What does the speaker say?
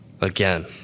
Again